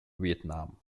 vietnam